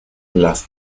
las